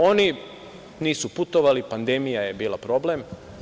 Oni nisu putovali, pandemija je bila problem.